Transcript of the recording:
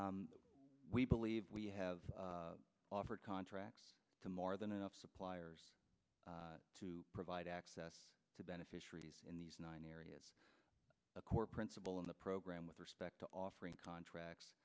we believe we have offered contracts to more than enough suppliers to provide access to beneficiaries in these nine areas the core principle in the program with respect to offering contracts